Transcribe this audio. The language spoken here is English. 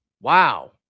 Wow